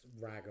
rag